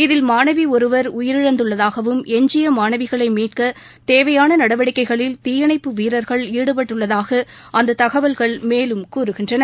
இதில் மாணவி ஒருவர் உயிரிழந்துள்ளதாகவும் எஞ்சிய மாணவிகளை மீட்க தேவையான நடவடிக்கைகளில் தீயணைப்பு வீரர்கள் ஈடுபட்டுள்ளதாக அந்த தகவல்கள் மேலும் கூறுகின்றன